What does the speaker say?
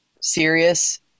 serious